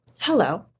Hello